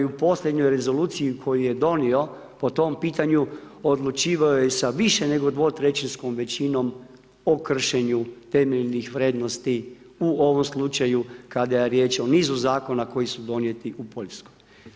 U posljednjoj rezoluciji koju je donio o tom pitanju odlučivao je sa više sa dvotrećinskom većinom o kršenju temeljnih vrijednosti u ovom slučaju kada je riječ o nizu zakona koji su donijeti u Poljskoj.